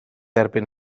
erbyn